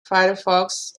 firefox